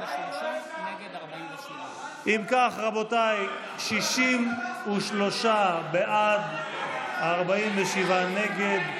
אם כך, רבותיי, 63 בעד, 47 נגד,